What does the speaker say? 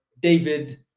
david